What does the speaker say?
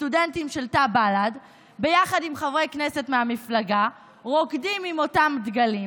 סטודנטים של תא בל"ד ביחד עם חברי כנסת מהמפלגה רוקדים עם אותם דגלים,